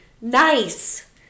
nice